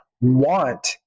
want